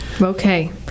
okay